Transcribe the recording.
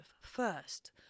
first